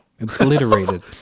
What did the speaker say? obliterated